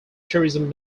tourism